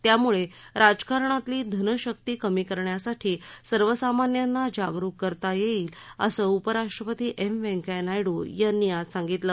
त्यामुळे राजकारणातली धनशक्ति कमी करण्यासाठी सर्वसामान्यांना जागरूक करता येईल असं उप राष्ट्रपती एम व्यंकय्या नायडू यांनी आज सांगितलं